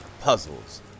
puzzles